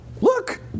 Look